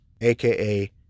aka